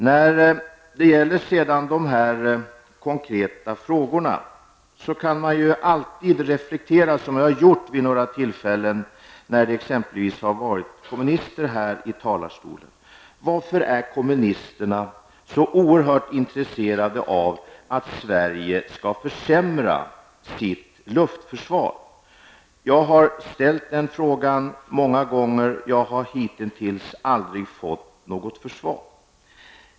När det gäller de konkreta frågorna kan jag alltid göra den reflektion som jag har gjort vid några tidigare tillfällen när kommunister uppträder här i talarstolen: Varför är kommunisterna så oerhört intresserade av att Sverige skall försämra sitt luftförsvar? Jag har ställt den frågan många gånger, men jag har hittills aldrig fått något svar.